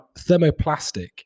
thermoplastic